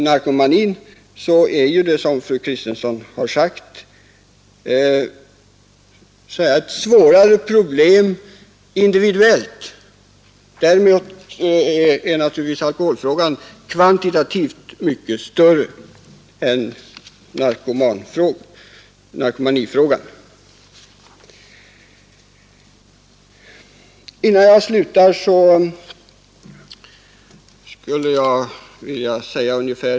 Narkomanin är, som fru Kristensson sade, ett svårare problem individuellt sett än alkoholmissbruket. Däremot är naturligtvis alkoholfrågan kvantitativt sett mycket större än narkomanifrågan.